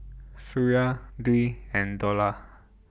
Suria Dwi and Dollah